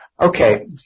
Okay